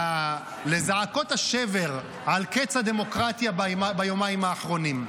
לזעקות השבר על קץ הדמוקרטיה ביומיים האחרונים.